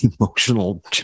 emotional